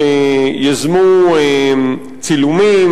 שיזמו צילומים,